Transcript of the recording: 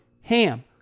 HAM